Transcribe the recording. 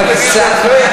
בבקשה.